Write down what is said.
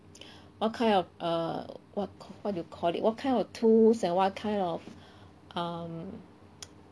what kind of err what what do you call it what kind of tools and what kind of um